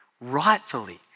rightfully